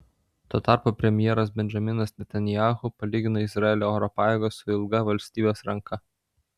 tuo tarpu premjeras benjaminas netanyahu palygino izraelio oro pajėgas su ilga valstybės ranka